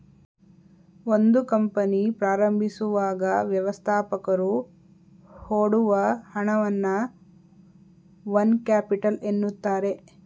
ಒಂದು ಕಂಪನಿ ಪ್ರಾರಂಭಿಸುವಾಗ ವ್ಯವಸ್ಥಾಪಕರು ಹೊಡುವ ಹಣವನ್ನ ಓನ್ ಕ್ಯಾಪಿಟಲ್ ಎನ್ನುತ್ತಾರೆ